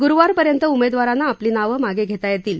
गुरुवारपर्यंत उमेदवारांना आपली नावं मागं घेता येतील